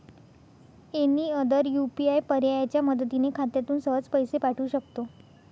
any other UPI पर्यायाच्या मदतीने खात्यातून सहज पैसे पाठवू शकतो